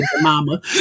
mama